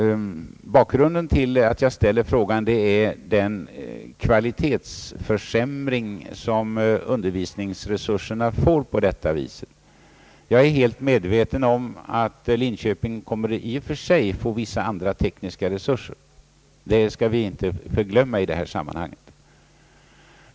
Bakgrunden till att jag ställer frågan är den kvalitetsförsämring som undervisningsresurserna där får på detta sätt. Jag är helt medveten om att man i Linköping i och för sig kommer att få vissa andra tekniska resurser. Det skall vi inte förglömma i detta sammanhang.